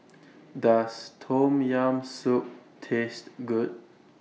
Does Tom Yam Soup Taste Good